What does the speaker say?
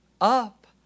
up